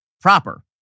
proper